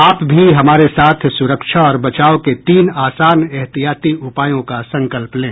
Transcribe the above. आप भी हमारे साथ सुरक्षा और बचाव के तीन आसान एहतियाती उपायों का संकल्प लें